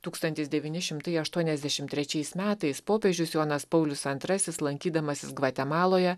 tūkstantis devyni šimtai aštuoniasdešim trečiais metais popiežius jonas paulius antrasis lankydamasis gvatemaloje